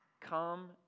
come